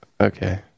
Okay